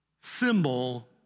symbol